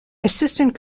assistant